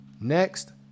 Next